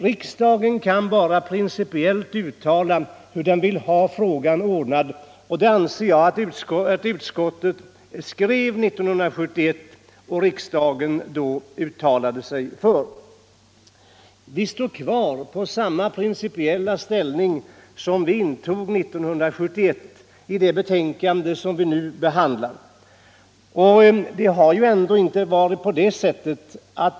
Riksdagen kan bara principiellt uttala hur den vill ha frågan ordnad, och det anser jag att utskottet och riksdagen gjorde 1971. I det betänkande som vi nu behandlar har vi samma principiella inställning som vi hade 1971.